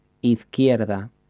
izquierda